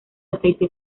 aceite